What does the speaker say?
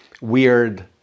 weird